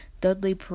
Dudley